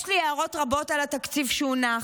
יש לי הערות רבות על התקציב שהונח.